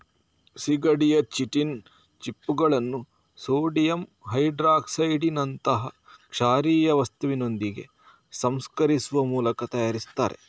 ಸೀಗಡಿಯ ಚಿಟಿನ್ ಚಿಪ್ಪುಗಳನ್ನ ಸೋಡಿಯಂ ಹೈಡ್ರಾಕ್ಸೈಡಿನಂತಹ ಕ್ಷಾರೀಯ ವಸ್ತುವಿನೊಂದಿಗೆ ಸಂಸ್ಕರಿಸುವ ಮೂಲಕ ತಯಾರಿಸ್ತಾರೆ